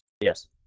Yes